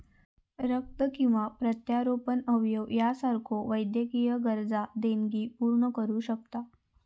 रक्त किंवा प्रत्यारोपण अवयव यासारख्यो वैद्यकीय गरजा देणगी पूर्ण करू शकता